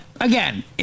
again